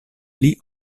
pli